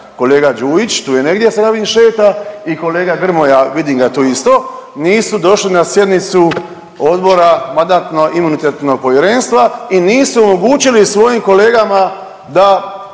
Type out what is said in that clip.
kolega Đujić, tu je negdje sad ga vidim šeta i kolega Grmoja, vidim ga tu isto, nisu došli na sjednicu Odbora MIP-a i nisu omogućili svojim kolegama da,